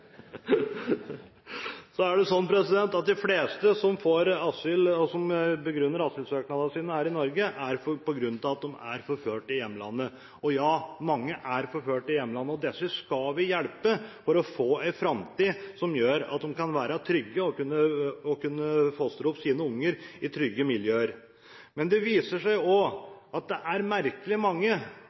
i hjemlandet. Og, ja – mange er forfulgt i hjemlandet. Disse skal vi hjelpe til å få en framtid som gjør at de kan være trygge og fostre opp sine unger i trygge miljøer. Men det viser seg også at det er merkelig mange